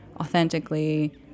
authentically